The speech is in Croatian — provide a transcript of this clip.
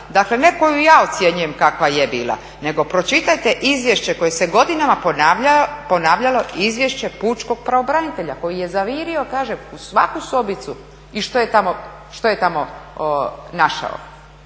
Dakle, ne koju ja ocjenjujem kakva je bila, nego pročitajte izvješće koje se godinama ponavljalo, izvješće pučkog pravobranitelja koji je zavirio, kažem, u svaku sobicu i što je tamo našao.